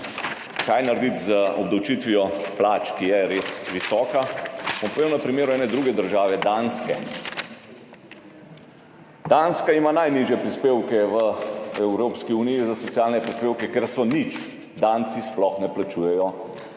kaj narediti z obdavčitvijo plač, ki je res visoka, povedal bom na primeru ene druge države, Danske. Danska ima najnižje prispevke v Evropski uniji za socialne prispevke, ker so nič, Danci sploh ne plačujejo